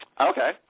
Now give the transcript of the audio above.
Okay